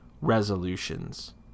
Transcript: resolutions